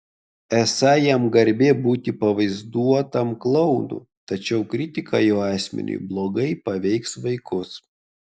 esą jam garbė būti pavaizduotam klounu tačiau kritika jo asmeniui blogai paveiks vaikus